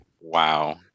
wow